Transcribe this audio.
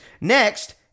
next